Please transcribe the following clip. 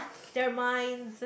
they're mine